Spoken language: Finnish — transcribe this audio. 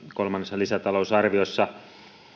kolmannessa lisätalousarviossa